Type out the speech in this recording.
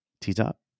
T-top